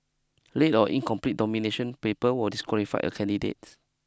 late or incomplete domination paper will disqualify a candidate